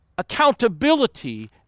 accountability